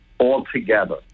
altogether